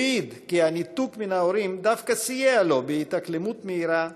הוא העיד כי הניתוק מההורים דווקא סייע לו בהתאקלמות מהירה,